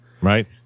right